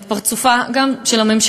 גם את פרצופה של הממשלה,